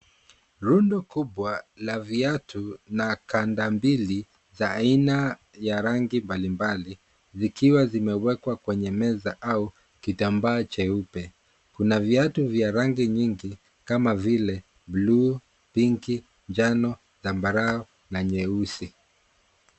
Rundo kubwa la viatu la kamba mbili za aina ya rangi mbalimbali zikiwa zimewekwa kwenye meza au kitambaa jeupe. Kuna viatu vya rangi nyingi kama vile bluu, pinki, njano, zambarao na nyeusi.